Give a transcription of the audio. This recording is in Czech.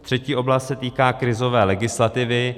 Třetí oblast se týká krizové legislativy.